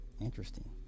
interesting